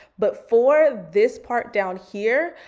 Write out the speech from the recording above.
but for this part down here,